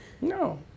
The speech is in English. No